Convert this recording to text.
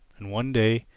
and one day,